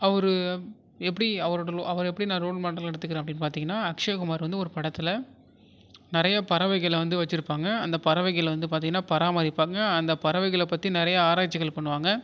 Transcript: அவரு எப்படி அவரோட அவரு எப்படி நான் ரோல் மாடலாக எடுத்துக்கிறேன்னு பார்த்திங்கன்னா அக்க்ஷய குமார் வந்து ஒரு படத்தில் நிறையா பறவைகளை வந்து வச்சுருப்பாங்க அந்த பறவைகளை வந்து பார்த்திங்கன்னா பராமரிப்பாங்க அந்த பறவைகளை பற்றி நிறையா ஆராய்ச்சிகள் பண்ணுவாங்க